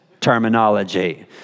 terminology